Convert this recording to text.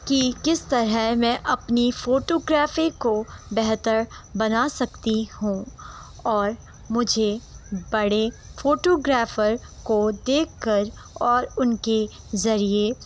کہ کس طرح میں اپنی فوٹو گرافی کو بہتر بنا سکتی ہوں اور مجھے بڑے فوٹو گرافر کو دیکھ کر اور ان کے ذریعے